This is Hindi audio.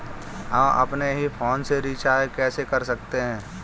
हम अपने ही फोन से रिचार्ज कैसे कर सकते हैं?